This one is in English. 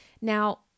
Now